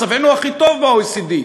מצבנו הכי טוב ב-OECD.